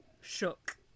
shook